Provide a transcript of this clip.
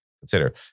consider